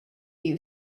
you